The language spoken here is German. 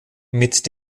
mit